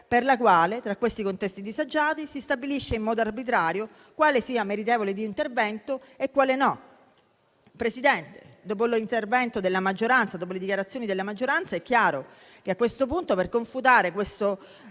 per la quale, tra questi contesti disagiati, si stabilisce in modo arbitrario quale sia meritevole di intervento e quale no. Signora Presidente, dopo le dichiarazioni della maggioranza, è chiaro che a questo punto, per confutare tale